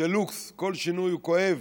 דה לוקס, כל שינוי הוא כואב,